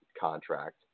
contract